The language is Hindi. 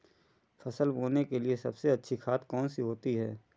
फसल बोने के लिए सबसे अच्छी खाद कौन सी होती है?